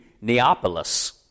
Neapolis